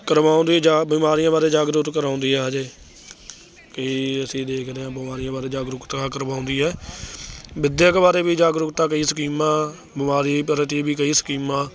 ਕਰਵਾਉਂਦੇ ਜਾ ਬਿਮਾਰੀਆਂ ਬਾਰੇ ਜਾਗਰੂਤ ਕਰਵਾਉਂਦੀ ਹਾਂ ਹਜੇ ਵੀ ਅਸੀਂ ਦੇਖਦੇ ਹਾਂ ਬਿਮਾਰੀਆਂ ਬਾਰੇ ਜਾਗਰੂਕਤਾ ਕਰਵਾਉਂਦੀ ਹੈ ਵਿੱਦਿਅਕ ਬਾਰੇ ਵੀ ਜਾਗਰੂਕਤਾ ਕਈ ਸਕੀਮਾਂ ਬਿਮਾਰੀ ਪ੍ਰਤੀ ਵੀ ਕਈ ਸਕੀਮਾਂ